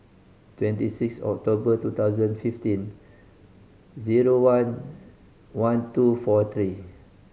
twenty six October two thousand fifteen zero one one two four three